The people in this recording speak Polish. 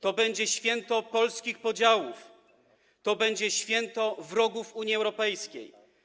To będzie święto polskich podziałów, to będzie święto wrogów Unii Europejskiej.